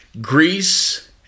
Greece